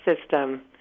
system